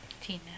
Tina